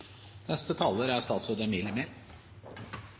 neste taler er